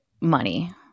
money